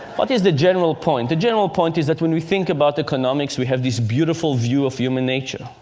what is the general point? the general point is that, when we think about economics, we have this beautiful view of human nature.